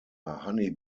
honey